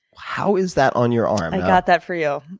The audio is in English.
how is that on your arm? i got that for you.